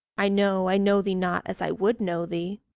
i know i know thee not as i would know thee,